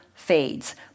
Fades